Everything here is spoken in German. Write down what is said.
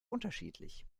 unterschiedlich